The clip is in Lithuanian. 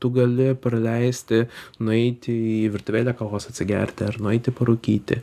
tu gali praleisti nueiti į virtuvėlę kavos atsigerti ar nueiti parūkyti